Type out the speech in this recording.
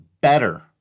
better